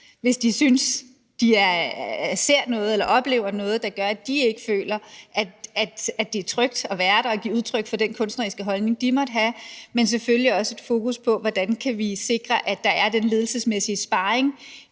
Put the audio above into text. hvis de syntes, at de ser noget eller oplever noget, der gør, at de ikke føler, at det er trygt at være der og give udtryk for den kunstneriske holdning, de måtte have. Men vil skal selvfølgelig også have et fokus på, hvordan vi kan sikre, at der er den ledelsesmæssige sparring